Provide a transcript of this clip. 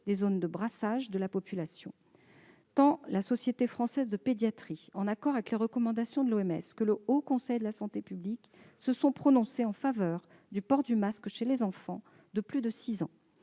des zones de brassage de la population. Tant la Société française de pédiatrie, en accord avec les recommandations de l'OMS, que le Haut Conseil de la santé publique se sont prononcés en faveur du port du masque pour les enfants de plus de 6 ans.